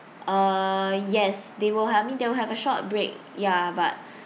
uh yes they will having they will have a short break ya but